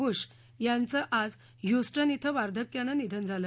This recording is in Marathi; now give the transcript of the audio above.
बुश यांचं आज ह्यस्टन धिं वार्धक्यानं निधन झालं